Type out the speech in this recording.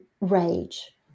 rage